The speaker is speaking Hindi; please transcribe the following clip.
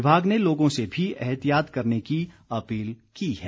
विभाग ने लोगों से भी एहतियात करने की अपील की है